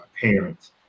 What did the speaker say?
parents